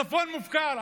הצפון מופקר,